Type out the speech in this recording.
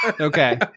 Okay